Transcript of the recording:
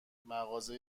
مغازه